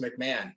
McMahon